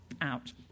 out